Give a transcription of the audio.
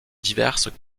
diverses